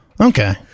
Okay